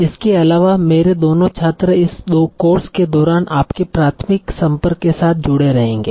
इसके अलावा मेरे दोनों छात्र इस कोर्स के दौरान आपके प्राथमिक संपर्क के साथ जुड़े रहेंगे